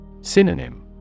Synonym